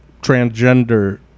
transgender